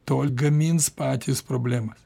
tol gamins patys problemą